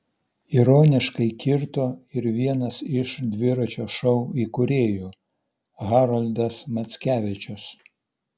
ironiškai kirto ir vienas iš dviračio šou įkūrėjų haroldas mackevičius